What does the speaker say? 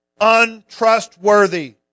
untrustworthy